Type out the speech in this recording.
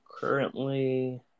currently